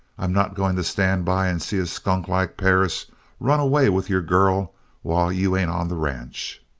i'm not going to stand by and see a skunk like perris run away with your girl while you ain't on the ranch.